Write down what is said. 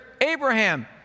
Abraham